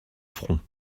front